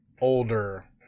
older